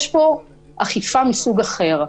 יש פה אכיפה מסוג אחר.